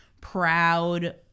proud